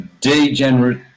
degenerate